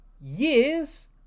Years